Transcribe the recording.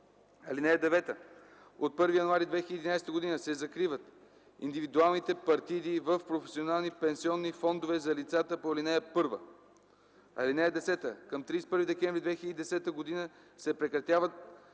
и 7. (9) От 1 януари 2011 г. се закриват индивидуалните партиди в професионални пенсионни фондове за лицата по ал. 1. (10) Към 31 декември 2010 г. се прекратяват